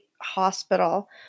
Hospital